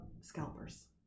Scalpers